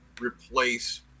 replace